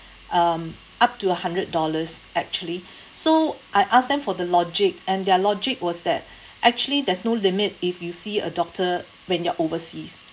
um up to a hundred dollars actually so I ask them for the logic and their logic was that actually there's no limit if you see a doctor when you're overseas